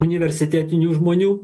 universitetinių žmonių